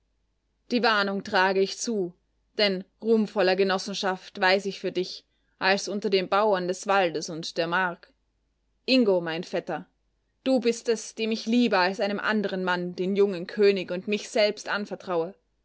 die warnung trage ich zu denn ruhmvollere genossenschaft weiß ich für dich als unter den bauern des waldes und der mark ingo mein vetter du bist es dem ich lieber als einem anderen mann den jungen könig und mich selbst anvertraue